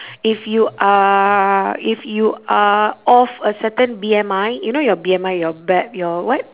if you are if you are of a certain B_M_I you know your B_M_I your ba~ your what